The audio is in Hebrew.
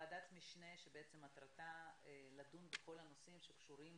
ועדת משנה שמטרתה לדון בכל הנושאים שקשורים